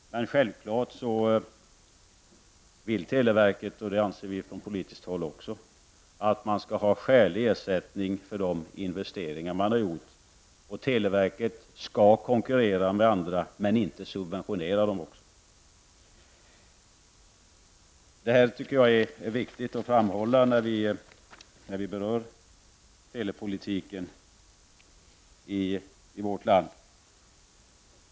Självfallet vill televerket, och det anser vi från politiskt håll också, att det skall få en skälig ersättning för de investeringar som har gjorts. Televerket skall konkurrera med andra, men inte subventionera dem. Det är viktigt att framhålla detta när vi berör telepolitiken i vårt land.